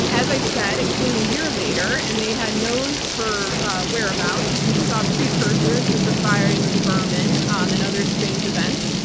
as i said, it came a year later and they had known her whereabouts. we saw precursors with the firing of berman um and other strange events.